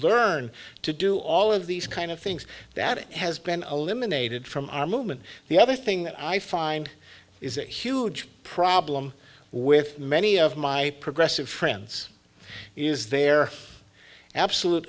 learn to do all of these kind of things that it has been eliminated from our movement the other thing that i find is a huge problem with many of my progressive friends is there absolute